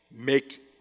make